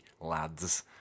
lads